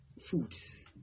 foods